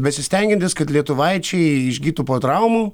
besistengiantis kad lietuvaičiai išgytų po traumų